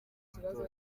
kibazo